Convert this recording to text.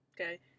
Okay